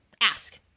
Ask